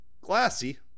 glassy